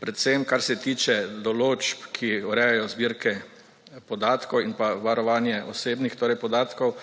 predvsem kar se tiče določb, ki urejajo zbirke podatkov in pa varovanje osebnih torej podatkov